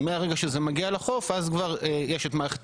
ומהרגע שזה מגיע לחוף אז כבר יש את מערכת